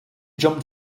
jump